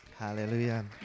Hallelujah